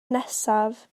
nesaf